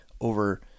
over